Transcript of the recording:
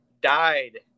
died